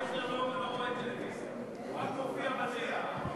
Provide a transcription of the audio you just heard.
אייכלר לא רואה טלוויזיה, הוא רק מופיע בטלוויזיה.